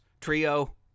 trio